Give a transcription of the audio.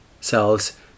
Cells